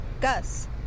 Gus